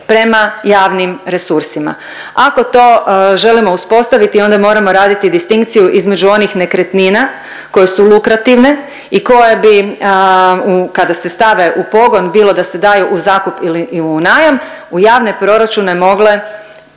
prema javnim resursima. Ako to želimo uspostaviti onda moramo raditi distinkciju između onih nekretnina koje su lukrativne i koje bi kada se stave u pogon bilo da se daju u zakup ili u najam u javne proračune mogle